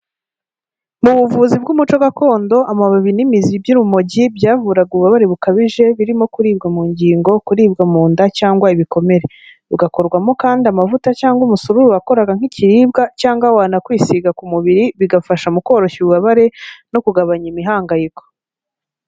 mu buvuzi bw'umuco gakondo amababi n'imizi by'urumogi byavuraga ububabare bukabije birimo: kuribwa mu ngingo, kuribwa mu nda cyangwa ibikomere. bigakorwamo kandi amavuta cyangwa umusuru wakoraga nk'ibiribwa cyangwa wanakwisiga ku mubiri bigafasha mu koroshya ububabare no kugabanya imihangayiko